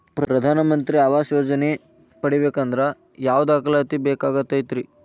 ಪ್ರಧಾನ ಮಂತ್ರಿ ಆವಾಸ್ ಯೋಜನೆ ಪಡಿಬೇಕಂದ್ರ ಯಾವ ದಾಖಲಾತಿ ಬೇಕಾಗತೈತ್ರಿ?